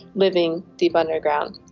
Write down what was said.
living deep underground.